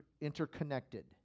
interconnected